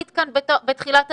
אנחנו רואים את כל מערכת החינוך,